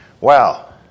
Wow